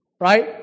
Right